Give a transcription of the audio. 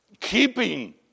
keeping